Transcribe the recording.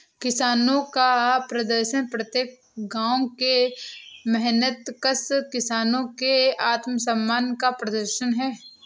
किसानों का प्रदर्शन प्रत्येक गांव के मेहनतकश किसानों के आत्मसम्मान का प्रदर्शन है